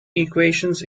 equations